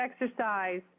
exercise